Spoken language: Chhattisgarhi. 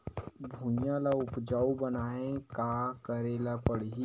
भुइयां ल उपजाऊ बनाये का करे ल पड़ही?